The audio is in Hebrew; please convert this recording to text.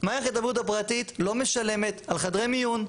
מערכת הבריאות הפרטית לא משלמת על חדרי מיון.